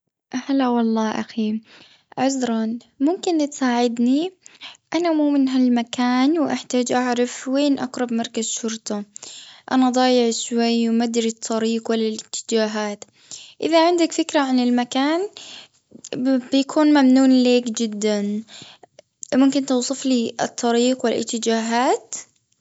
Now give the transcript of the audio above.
هلا والله أخي عذرا ممكن تساعدني? أنا مو من هالمكان وأحتاج أعرف وين اقرب مركز شرطة. أنا ضايع شوي ومدري الطريق والأتجاهات. إذا عندك فكرة عن المكان بيكون ممنون لك جدا ممكن توصف لي الطريق والأتجاهات ؟